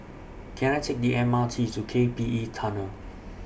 Can I Take The M R T to K P E Tunnel